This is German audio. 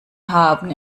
haben